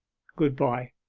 good-bye,